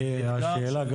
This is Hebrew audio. כי השאלה,